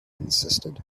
insisted